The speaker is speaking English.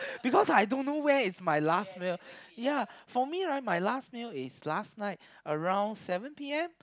because I don't know where is my last meal ya for me right my last meal is last night around seven p_m